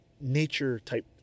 nature-type